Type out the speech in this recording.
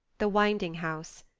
the winding house,